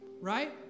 Right